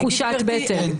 זו תחושת בטן.